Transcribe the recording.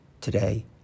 Today